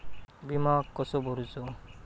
विमा कसो भरूचो?